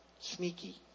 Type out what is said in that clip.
sneaky